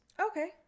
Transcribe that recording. Okay